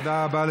תודה.